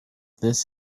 this